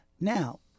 now